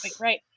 right